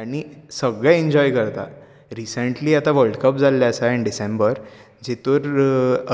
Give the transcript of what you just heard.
आनी सगळे एंजोय करतात रिसेंटली आतां वल्ड कप जाल्लें आसा इन डिसेंबर जितूंत